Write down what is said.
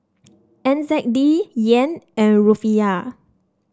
N Z D Yen and Rufiyaa